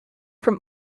from